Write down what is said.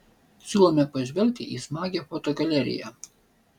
siūlome pažvelgti į smagią fotogaleriją